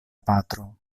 patro